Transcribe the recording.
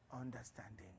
understanding